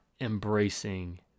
embracing